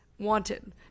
Wanted